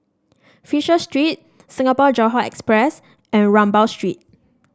Fisher Street Singapore Johore Express and Rambau Street